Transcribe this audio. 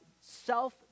self